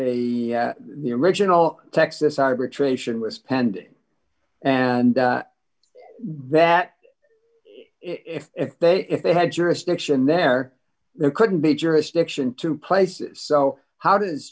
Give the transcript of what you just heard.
a the original texas arbitration was pending and that if they if they had jurisdiction there there couldn't be jurisdiction to place so how does